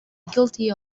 guilty